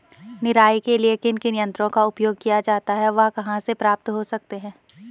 निराई के लिए किन किन यंत्रों का उपयोग किया जाता है वह कहाँ प्राप्त हो सकते हैं?